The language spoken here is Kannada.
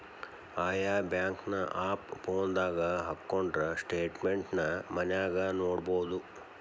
ಆಯಾ ಬ್ಯಾಂಕಿನ್ ಆಪ್ ಫೋನದಾಗ ಹಕ್ಕೊಂಡ್ರ ಸ್ಟೆಟ್ಮೆನ್ಟ್ ನ ಮನ್ಯಾಗ ನೊಡ್ಬೊದು